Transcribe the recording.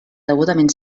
degudament